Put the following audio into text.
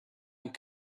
and